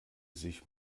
sich